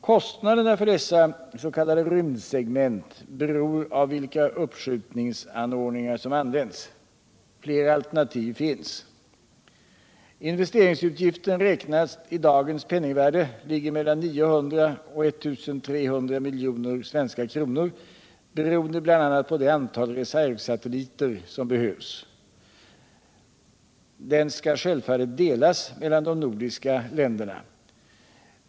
Kostnaderna för dessa s.k. rymdsegment beror av vilka uppskjutningsanordningar som används. Flera alternativ finns. Investeringsutgiften räknat i dagens penningvärde ligger mellan 900 och 1 300 miljoner svenska kronor, beroende bl.a. på det antal reservsatelliter som behövs. Den skall självfallet delas mellan de nordiska länderna.